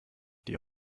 dir